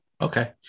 Okay